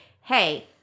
hey